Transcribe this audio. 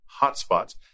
hotspots